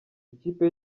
ikipe